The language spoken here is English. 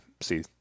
see